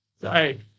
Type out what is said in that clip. Sorry